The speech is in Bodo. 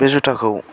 बे जुथाखौ